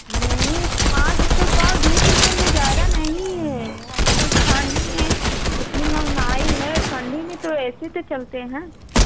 नहीं पाँच रुपये पाव बीस रुपये में ज़्यादा नहीं हैं ठंड में इतनी महंगाई है ठंडी में तो ऐसे तो चलते हैं